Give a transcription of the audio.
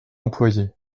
employé